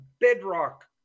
bedrock